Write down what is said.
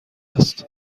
هست